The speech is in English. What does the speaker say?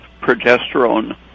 Progesterone